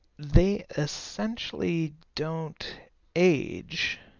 they essentially don't age.